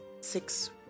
six